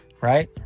right